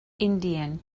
indian